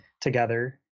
together